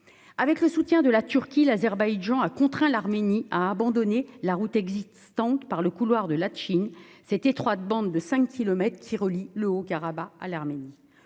Avec le soutien de la Turquie, l'Azerbaïdjan a contraint l'Arménie à abandonner la route existante par le couloir de Latchin- étroite bande de cinq kilomètres qui relie le Haut-Karabagh à l'Arménie.